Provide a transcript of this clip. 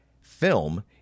film